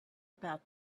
about